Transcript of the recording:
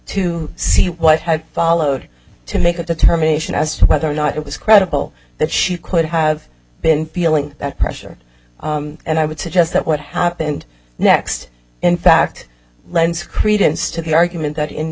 to see what had followed to make a determination as to whether or not it was credible that she could have been feeling that pressure and i would suggest that what happened next in fact lends credence to the argument that in